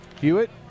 Hewitt